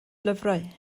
lyfrau